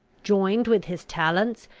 joined with his talents,